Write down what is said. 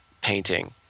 painting